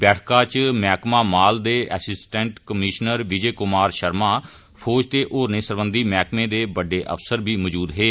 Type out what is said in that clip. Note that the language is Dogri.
बैठका च मैह्कमा माल दे एसिस्टेंट कमीश्नर विजय कुमार शर्मा फौज ते होरनें सरबंधित मैह्कमें दे बड्डे अफसर बी मजूद हे